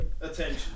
attention